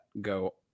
go